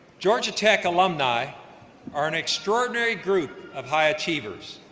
georgia tech alumni are an extraordinary group of high achievers.